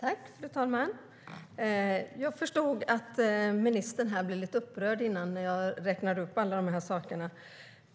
Fru talman! Jag förstod att ministern blev lite upprörd när jag räknade upp de olika sakerna.